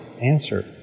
answer